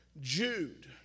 Jude